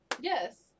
Yes